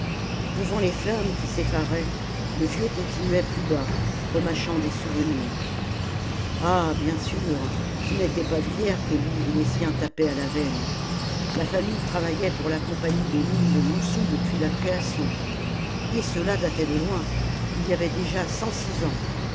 devant les flammes qui s'effaraient le vieux continuait plus bas remâchant des souvenirs ah bien sûr ce n'était pas d'hier que lui et les siens tapaient à la veine la famille travaillait pour la compagnie des mines de montsou depuis la création et cela datait de loin il y avait déjà cent six ans